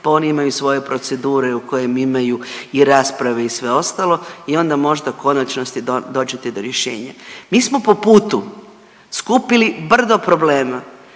pa oni imaju svoje procedure u kojem imaju i rasprave i sve ostalo. I onda u konačnosti dođete i to rješenja. Mi smo po putu skupili brdo problema.